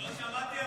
לא שמעתי,